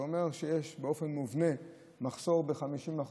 וזה אומר שיש באופן מובנה מחסור ב-50%.